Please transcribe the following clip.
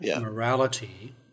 morality